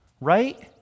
right